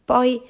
Poi